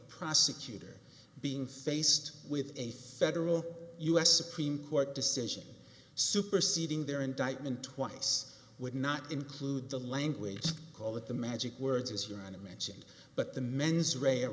prosecutor being faced with a federal u s supreme court decision superseding their indictment twice would not include the language call that the magic words you're in a mansion but the mens rea re